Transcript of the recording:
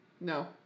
No